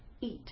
eat